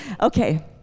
Okay